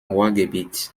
ruhrgebiet